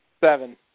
Seven